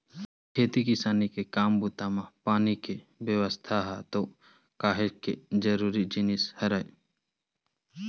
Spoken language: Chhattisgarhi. खेती किसानी के काम बूता म पानी के बेवस्था ह तो काहेक जरुरी जिनिस हरय